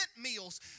meals